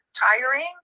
tiring